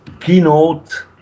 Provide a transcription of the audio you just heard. keynote